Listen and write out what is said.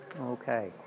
Okay